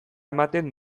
ematen